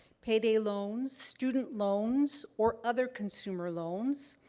payday loans, student loans, or other consumer loans.